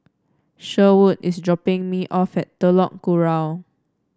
Sherwood is dropping me off at Telok Kurau